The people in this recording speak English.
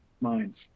mines